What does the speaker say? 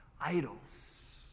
idols